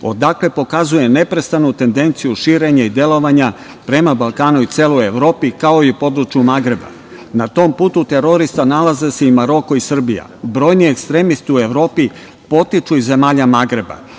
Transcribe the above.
odakle pokazuje neprestanu tendenciju širenja i delovanja prema Balkanu i celoj Evropi, kao i području Magreba. Na tom putu terorista nalaze se i Maroko i Srbija. Brojni ekstremisti u Evropi potiču iz zemalja Magreba.